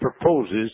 proposes